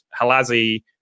Halazi